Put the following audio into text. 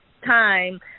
time